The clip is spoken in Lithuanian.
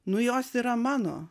nu jos yra mano